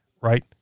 Right